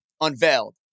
unveiled